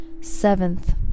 seventh